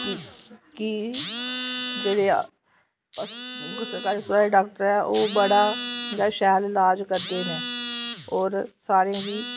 कि जेह्ड़े कि सरकारी अस्पतालै दे डाॅक्टर ऐ ओह् बड़ा गै शैल इलाज करदे न होर सारें गी